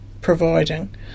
providing